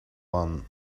one